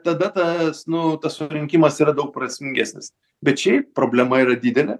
tada tas nu tas surinkimas yra daug prasmingesnis bet šiaip problema yra didelė